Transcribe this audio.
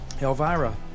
Elvira